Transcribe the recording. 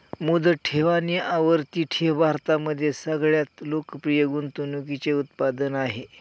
मुदत ठेव आणि आवर्ती ठेव भारतामध्ये सगळ्यात लोकप्रिय गुंतवणूकीचे उत्पादन आहे